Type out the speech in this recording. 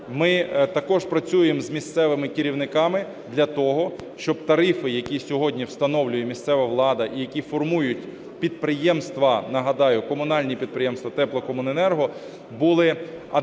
Ми також працюємо з місцевими керівниками для того, щоб тарифи, які сьогодні встановлює місцева влада, і які формують підприємства, нагадаю, комунальні підприємства теплокомуненерго, були адекватними